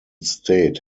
state